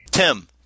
Tim